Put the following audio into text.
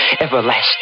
everlasting